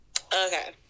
okay